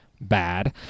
bad